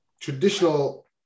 traditional